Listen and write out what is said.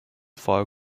file